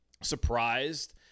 surprised